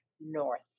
north